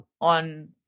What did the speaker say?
on